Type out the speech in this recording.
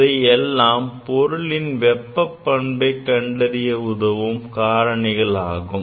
இவை எல்லாம்தான் பொருளின் வெப்ப பண்பை கண்டறிய உதவும் காரணிகளாகும்